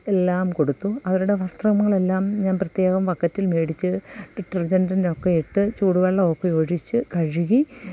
എല്ലാം കൊടുത്തു അവരുടെ വസ്ത്രങ്ങളെല്ലാം ഞാൻ പ്രത്യേകം ബക്കറ്റിൽ മേടിച്ച് ഡിറ്റർജൻറ്റിനൊക്കെ ഇട്ട് ചൂട് വെള്ളമൊക്കെ ഒഴിച്ച് കഴുകി